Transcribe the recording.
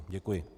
Děkuji.